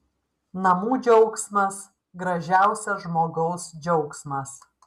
namų džiaugsmas gražiausias žmogaus džiaugsmas